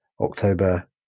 October